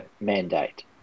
mandate